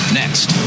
next